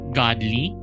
godly